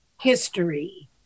history